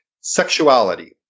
sexuality